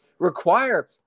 require